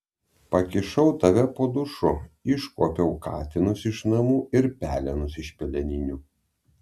pakišau tave po dušu iškuopiau katinus iš namų ir pelenus iš peleninių